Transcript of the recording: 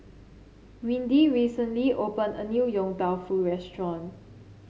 Windy recently opened a new Yong Tau Foo restaurant